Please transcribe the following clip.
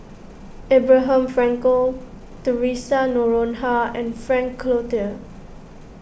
Abraham Frankel theresa Noronha and Frank Cloutier